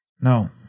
No